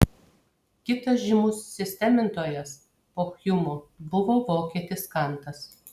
kitas žymus sistemintojas po hjumo buvo vokietis kantas